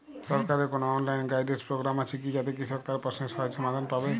সরকারের কোনো online guidance programme আছে কি যাতে কৃষক তার প্রশ্নের সহজ সমাধান পাবে?